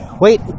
wait